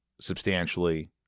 substantially